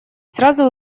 сразу